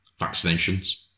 vaccinations